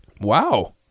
Wow